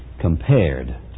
compared